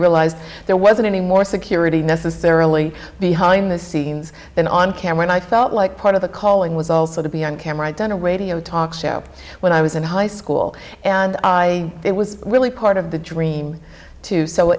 realized there wasn't any more security necessarily behind the scenes than on camera and i felt like part of the calling was also to be on camera i'd done a radio talk show when i was in high school and i it was really part of the dream too so